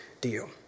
deal